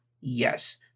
Yes